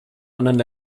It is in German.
anderen